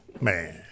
Man